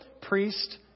priest